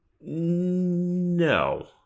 No